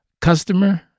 customer